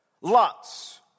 lots